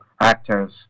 actors